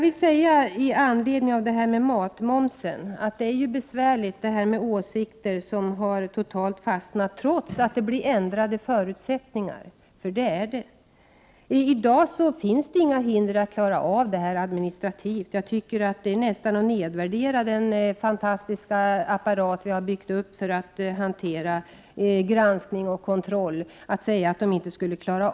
Med anledning av matmomsen vill jag säga att det är besvärligt med åsikter som totalt har fastnat, trots att förutsättningarna ändras. För de har ändrats. I dag finns det inga administrativa hinder. Det är nästan att nedvärdera den fantastiska apparat vi har byggt upp för att hantera granskning och kontroll, att säga att det inte går att klara.